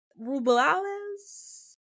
Rubiales